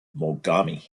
mogami